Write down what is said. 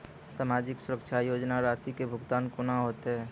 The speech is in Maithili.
समाजिक सुरक्षा योजना राशिक भुगतान कूना हेतै?